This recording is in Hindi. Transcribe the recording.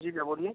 जी भैया बोलिए